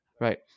Right